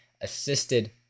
assisted